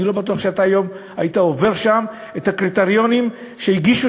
אני לא בטוח שהיום היית עובר שם את הקריטריונים שהגישו